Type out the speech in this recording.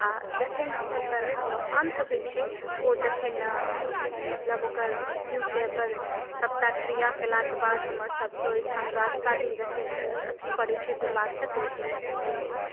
आ जखन ओकर अन्त होइ छै ओ जखन मतलब ओकर मृत्युकेँ ओकर सभटा क्रिया केलाके बाद हमर सभके ओहिठाम द्वादशा दिन जखन एथी पड़ै छै दुर्वाक्षत दैके लेल एथिके लेल